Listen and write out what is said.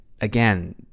again